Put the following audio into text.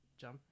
jump